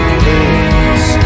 place